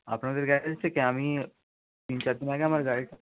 আপনাদের গ্যারেজ থেকে আমি তিন চার দিন আগে আমার গাড়ি সা